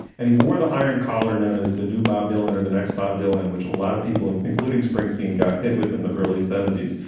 and he wore the iron collar known as the new bob dylan or the next bob dylan, which a lot of people, and including springsteen, got hit with in the early seventy s.